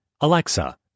Alexa